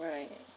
Right